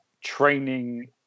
training